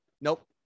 Nope